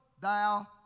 thou